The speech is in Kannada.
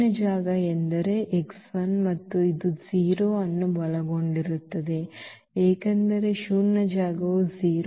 ಆದ್ದರಿಂದ ಶೂನ್ಯ ಜಾಗ ಎಂದರೆ ಈ x I ಮತ್ತು ಇದು 0 ಅನ್ನು ಒಳಗೊಂಡಿರುತ್ತದೆ ಏಕೆಂದರೆ ಶೂನ್ಯ ಜಾಗವು 0